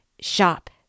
shop